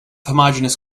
homogeneous